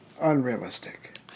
unrealistic